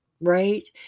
right